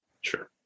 Sure